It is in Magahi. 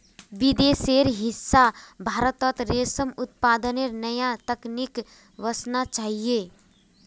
विदेशेर हिस्सा भारतत रेशम उत्पादनेर नया तकनीक वसना चाहिए